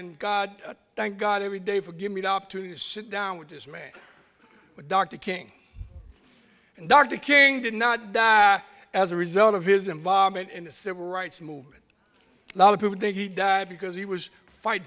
and thank god every day for give me the opportunity to sit down with this man dr king and dr king did not die as a result of his involvement in the civil rights movement lot of people think he died because he was fight